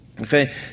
Okay